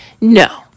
no